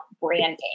branding